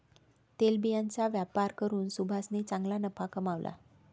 तेलबियांचा व्यापार करून सुभाषने चांगला नफा कमावला